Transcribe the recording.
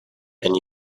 and